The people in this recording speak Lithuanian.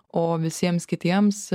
o visiems kitiems